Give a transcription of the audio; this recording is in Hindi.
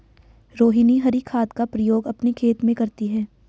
रोहिनी हरी खाद का प्रयोग अपने खेत में करती है